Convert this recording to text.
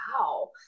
wow